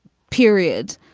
period.